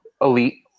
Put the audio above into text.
elite